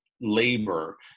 labor